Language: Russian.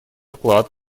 вклад